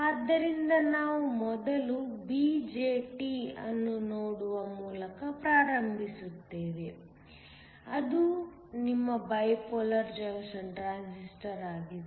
ಆದ್ದರಿಂದ ನಾವು ಮೊದಲು BJT ಅನ್ನು ನೋಡುವ ಮೂಲಕ ಪ್ರಾರಂಭಿಸುತ್ತೇವೆ ಅದು ನಿಮ್ಮ ಬೈಪೋಲಾರ್ ಜಂಕ್ಷನ್ ಟ್ರಾನ್ಸಿಸ್ಟರ್ ಆಗಿದೆ